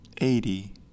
Eighty